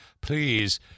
Please